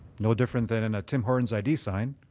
no different than and a tim horton's id sign,